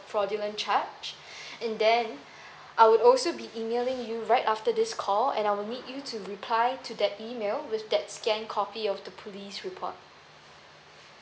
fraudulent charge and then I would also be emailing you right after this call and I will need you to reply to that email with that scanned copy of the police report